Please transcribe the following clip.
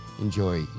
enjoy